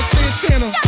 Santana